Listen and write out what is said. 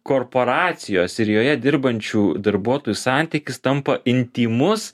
korporacijos ir joje dirbančių darbuotojų santykis tampa intymus